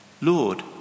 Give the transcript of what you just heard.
Lord